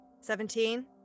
Seventeen